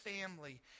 family